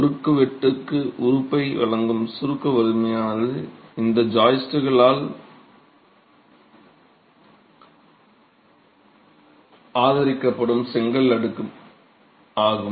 குறுக்குவெட்டுக்கு உறுப்பை வழங்கும் சுருக்க வலிமையானது இந்த ஜாயிஸ்ட்களால் ஆதரிக்கப்படும் செங்கல் அடுக்கு ஆகும்